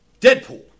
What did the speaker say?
Deadpool